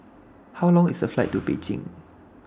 How Long IS The Flight to Beijing